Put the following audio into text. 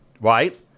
right